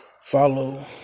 Follow